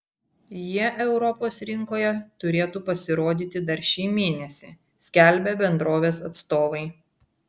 jie europos rinkoje turėtų pasirodyti dar šį mėnesį skelbia bendrovės atstovai